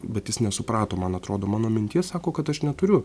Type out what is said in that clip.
bet jis nesuprato man atrodo mano minties sako kad aš neturiu